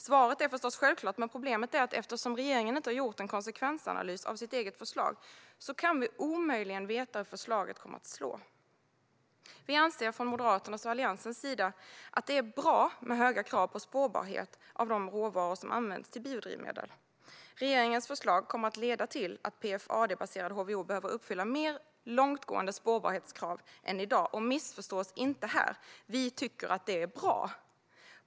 Svaret är förstås självklart, men problemet är att vi, eftersom regeringen inte har gjort en konsekvensanalys av sitt eget förslag, omöjligen kan veta hur förslaget kommer att slå. Moderaterna och Alliansen anser att det är bra med höga krav på spårbarhet av de råvaror som används till biodrivmedel. Regeringens förslag kommer att leda till att PFAD-baserad HVO behöver uppfylla mer långtgående spårbarhetskrav än i dag. Missförstå oss inte här! Vi tycker att det är bra.